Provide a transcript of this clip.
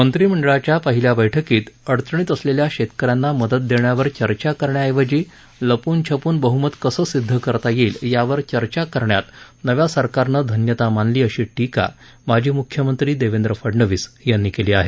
मंत्रिमंडळाच्या पहिल्या बैठकीत अडचणीत असलेल्या शेतकऱ्यांना मदत देण्यावर चर्चा करण्याऐवजी लप्न छपून बह्मत कसं सिद्ध करता येईल यावर चर्चा करण्यात नव्या सरकारनं धन्यता मानली अशी टीका माजी म्ख्यमंत्री देवेन्द्र फडणवीस यांनी केली आहे